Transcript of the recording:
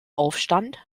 aufstand